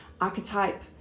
Archetype